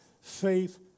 faith